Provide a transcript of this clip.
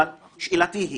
שאלתי היא